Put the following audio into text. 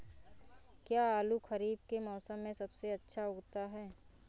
क्या आलू खरीफ के मौसम में सबसे अच्छा उगता है?